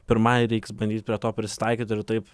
pirmai reiks bandyt prie to prisitaikyt ir taip